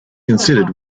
considered